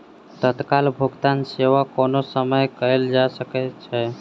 तत्काल भुगतान सेवा कोनो समय कयल जा सकै छै